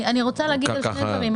אני רוצה לומר שני דברים.